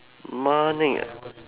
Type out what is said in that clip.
Malek ah